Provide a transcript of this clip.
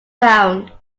found